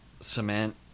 cement